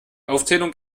aufzählung